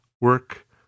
work